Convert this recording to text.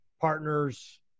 partners